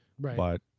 Right